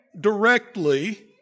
directly